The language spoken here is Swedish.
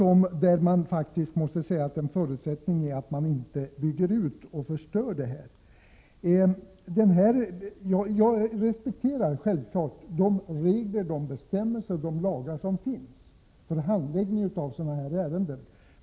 Området får inte byggas ut och riskera att förstöras. Jag respekterar självfallet de regler, bestämmelser och lagar som finns för handläggning av ett ärende som detta.